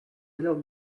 alors